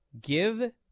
give